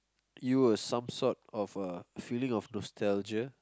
you were some sort of a feeling of nostalgia